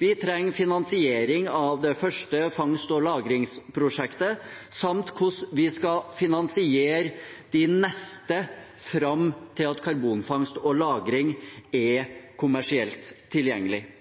Vi trenger finansiering av det første fangst- og lagringsprosjektet, samt hvordan vi skal finansiere de neste fram til at karbonfangst og -lagring er kommersielt tilgjengelig.